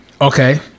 Okay